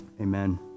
Amen